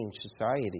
society